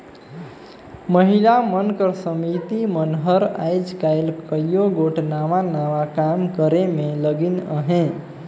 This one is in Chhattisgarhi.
महिला मन कर समिति मन हर आएज काएल कइयो गोट नावा नावा काम करे में लगिन अहें